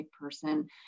person